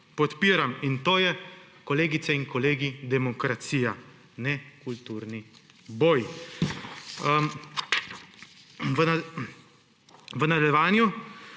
podpiram. In to je, kolegice in kolegi, demokracija, ne kulturni boj. V nadaljevanju